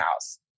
house